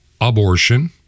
abortion